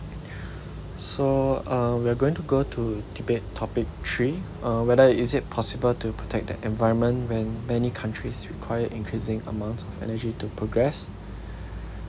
so uh we're going to go to debate topic three uh whether is it possible to protect the environment when many countries require increasing amounts of energy to progress